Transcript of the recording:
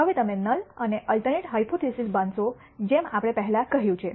હવે તમે નલ અને અલ્ટરનેટ હાયપોથીસિસ બાંધશો જેમ આપણે પહેલા કહ્યું છે